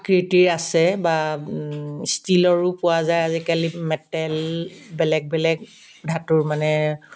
আকৃতিৰ আছে বা ষ্টীলৰো পোৱা যায় আজিকালি মেটেল বেলেগ বেলেগ ধাতুৰ মানে